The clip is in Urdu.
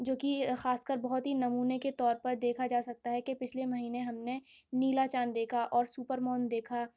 جو کہ خاص کر بہت ہی نمونے کے طور پر دیکھا جا سکتا ہے کہ پچھلے مہینے ہم نے نیلا چاند دیکھا اور سوپر مون دیکھا